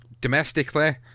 domestically